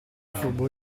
furbo